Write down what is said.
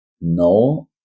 no